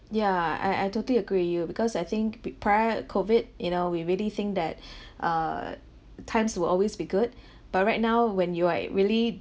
yeah I I totally agree with you because I think pe~ prior COVID you know we really think that uh times will always be good but right now when you are really